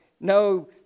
No